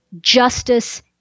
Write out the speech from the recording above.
justice